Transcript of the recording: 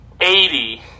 Eighty